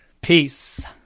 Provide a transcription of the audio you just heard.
Peace